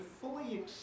fully